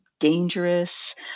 dangerous